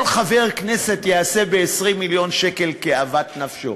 כל חבר כנסת יעשה ב-20 מיליון שקל כאוות נפשו.